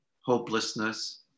hopelessness